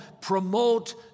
promote